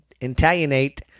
Italianate